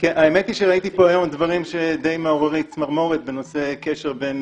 האמת היא שראיתי פה היום דברים שדי מעוררי צמרמורת בנושא קשר בין